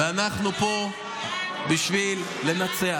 ואנחנו פה בשביל לנצח.